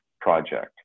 project